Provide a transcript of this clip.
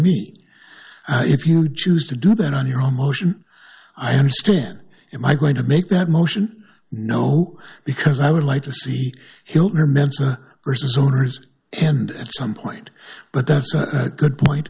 me if you choose to do that on your own motion i understand in my going to make that motion no because i would like to see hildner mentor versus owners and at some point but that's a good point